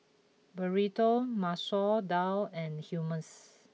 Burrito Masoor Dal and Hummus